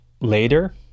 later